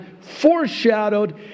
foreshadowed